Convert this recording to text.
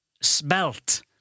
spelt